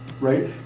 right